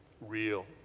real